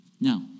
Now